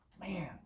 Man